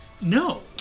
No